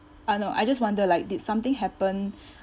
I know I just wonder like did something happen